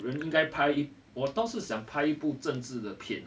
人应该拍我倒是想拍一部政治的片